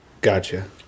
Gotcha